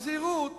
הזהירות